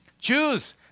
Choose